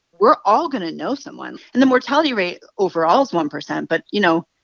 we're all going to know someone. and the mortality rate overall is one percent, but, you know,